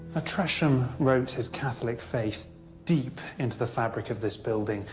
ah tresham wrote his catholic faith deep into the fabric of this building.